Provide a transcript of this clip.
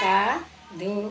का धु